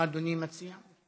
מה אדוני מציע?